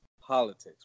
politics